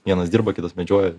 vienas dirba kitas medžioja